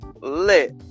lit